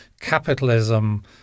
capitalism